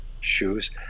shoes